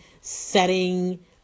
setting